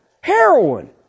Heroin